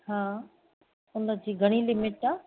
हा हुनजी घणी लिमिट आहे